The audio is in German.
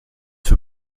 für